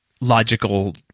logical